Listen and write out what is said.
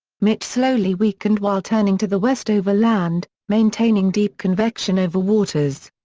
mitch slowly weakened while turning to the west over land, maintaining deep convection over waters.